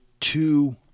two